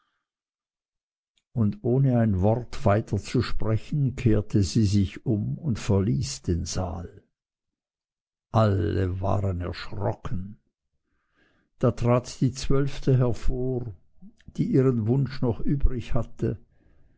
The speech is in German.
und ohne ein wort weiter zu sprechen kehrte sie sich um und verließ den saal alle waren erschrocken da trat die zwölfte hervor die ihren wunsch noch übrig hatte